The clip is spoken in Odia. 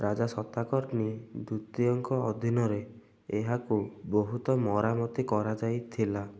ରାଜା ସତାକର୍ଣ୍ଣି ଦ୍ୱିତୀୟଙ୍କ ଅଧୀନରେ ଏହାକୁ ବହୁତ ମରାମତି କରାଯାଇଥିଲା